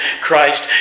Christ